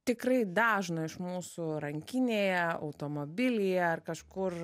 tikrai dažno iš mūsų rankinėje automobilyje ar kažkur